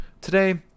Today